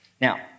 Now